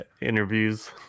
interviews